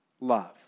love